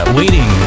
waiting